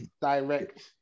Direct